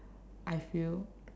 I feel